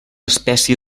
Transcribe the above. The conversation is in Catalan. espècie